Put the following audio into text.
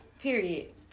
Period